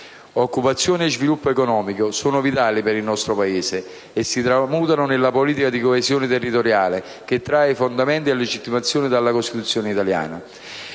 Occupazione e sviluppo economico sono vitali per il nostro Paese e si tramutano nella politica di coesione territoriale, che trae fondamento e legittimazione dalla Costituzione italiana